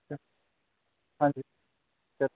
ਹਾਂਜੀ